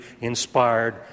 inspired